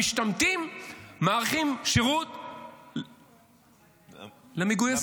המשתמטים מאריכים שירות למגויסים.